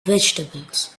vegetables